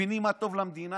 הם מבינים מה טוב למדינה,